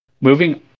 moving